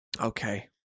Okay